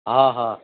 ہاں ہاں